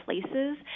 places